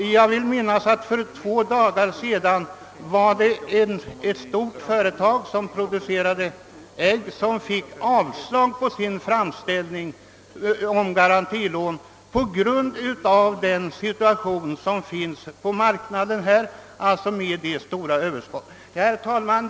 Jag vill minnas att ett stort äggproducerande företag för ett par dagar sedan fick avslag på sin framställning om garantilån på grund av marknadssituationen med det stora överskottet på ägg. Herr talman!